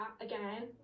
again